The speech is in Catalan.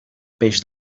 peix